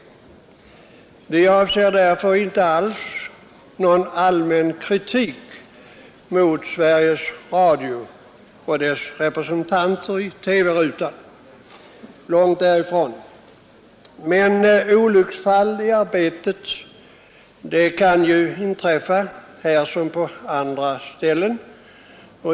Vad jag avser är inte alls att rikta någon allmänkritik mot Sveriges Radio och dess representanter i TV-rutan — långt därifrån. Men olycksfall i arbetet kan inträffa här som på andra håll.